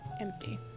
Empty